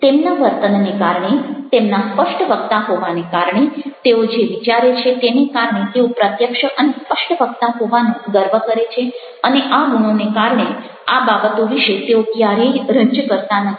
તેમના વર્તનને કારણે તેમના સ્પષ્ટવક્તા હોવાને કારણે તેઓ જે વિચારે છે તેને કારણે તેઓ પ્રત્યક્ષ અને સ્પષ્ટવક્તા હોવાનો ગર્વ કરે છે અને આ ગુણોને કારણે આ બાબતો વિશે તેઓ ક્યારેય રંજ કરતા નથી